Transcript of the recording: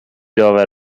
داور